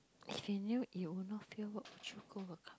if you knew you would not fail what would you go